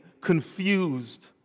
confused